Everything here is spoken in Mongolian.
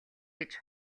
гэж